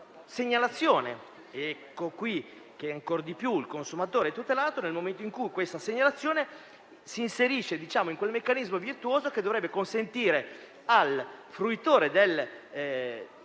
mera segnalazione. Ecco che ancor di più il consumatore è tutelato, nel momento in cui questa segnalazione si inserisce in quel meccanismo virtuoso, che dovrebbe consentire al fruitore del mutuo